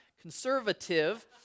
conservative